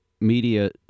media